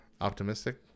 Optimistic